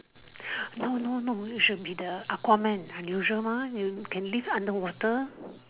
no no no it should be the Aquaman unusual mah can live underwater